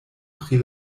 pri